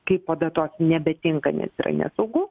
kaipo be to nebetinka nes yra nesaugu